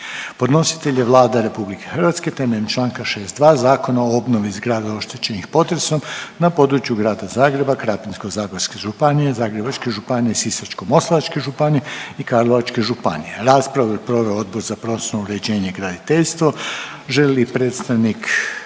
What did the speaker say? Podnositelj je Vlada RH temeljem čl. 62. Zakona o obnovi zgrada oštećenih potresom na području Grada Zagreba, Krapinsko-zagorske županije, Zagrebačke županije, Sisačko-moslavačke županije i Karlovačke županije. Raspravu je proveo Odbor za prostorno uređenje i graditeljstvo. Želi li predstavnik